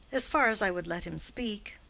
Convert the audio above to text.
as far as i would let him speak.